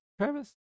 Travis